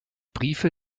briefe